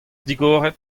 digoret